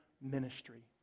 ministry